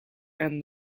and